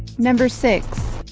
number six